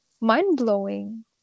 mind-blowing